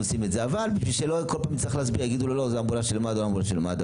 אבל כדי שלא כל פעם נצטרך להסביר אם זה אמבולנס של מד"א או לא של מד"א,